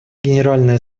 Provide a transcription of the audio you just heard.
генеральной